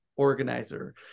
Organizer